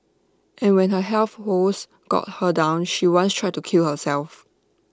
and when her health wo woes got her down she once tried to kill herself